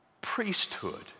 priesthood